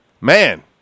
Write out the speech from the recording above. man